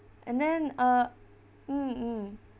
and then uh mm mm